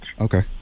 Okay